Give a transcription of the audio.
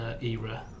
era